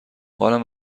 حالم